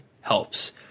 helps